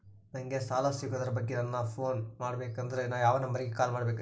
ನಂಗೆ ಸಾಲ ಸಿಗೋದರ ಬಗ್ಗೆ ನನ್ನ ಪೋನ್ ಮಾಡಬೇಕಂದರೆ ಯಾವ ನಂಬರಿಗೆ ಕಾಲ್ ಮಾಡಬೇಕ್ರಿ?